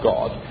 God